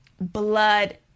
blood